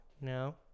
no